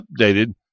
updated